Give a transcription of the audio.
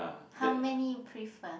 how many you prefer